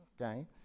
okay